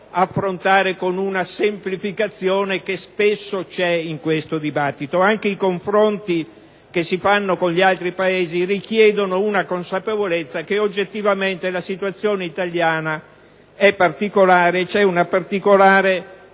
affrontare con la semplificazione che spesso c'è in questo dibattito. Anche i confronti che si fanno con gli altri Paesi richiedono la consapevolezza che, oggettivamente, la situazione italiana è diversa, in quanto c'è una particolare